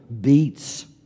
beats